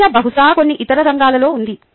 చర్చ బహుశా కొన్ని ఇతర రంగాలలో ఉంది